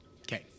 Okay